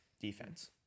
Defense